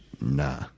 nah